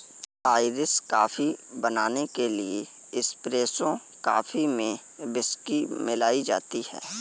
Irish coffee बनाने के लिए एस्प्रेसो कॉफी में व्हिस्की मिलाई जाती है